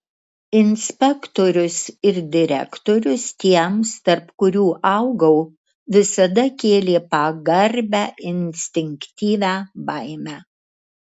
inspektorius ir direktorius tiems tarp kurių augau visada kėlė pagarbią instinktyvią baimę